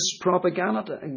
propaganda